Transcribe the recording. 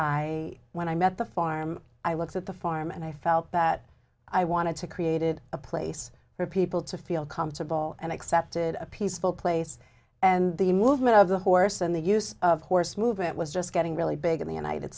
i when i met the farm i looked at the farm and i felt that i wanted to created a place for people to feel comfortable and accepted a peaceful place and the movement of the horse and the use of horse movement was just getting really big in the united